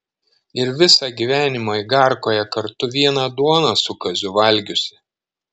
ir visą gyvenimą igarkoje kartu vieną duoną su kaziu valgiusi